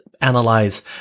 analyze